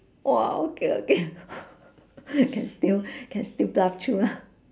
!wow! okay okay can still can still bluff through lah